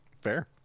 Fair